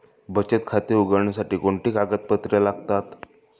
बचत खाते उघडण्यासाठी कोणती कागदपत्रे लागतात?